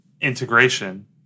integration